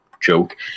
joke